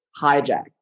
Hijack